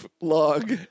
Log